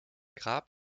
grab